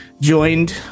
joined